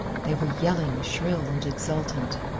they were yelling, shrill and exultant.